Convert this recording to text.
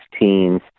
teens